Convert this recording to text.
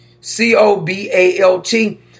C-O-B-A-L-T